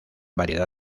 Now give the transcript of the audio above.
variedad